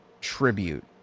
tribute